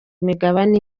imigabane